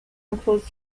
includes